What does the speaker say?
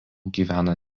gyvena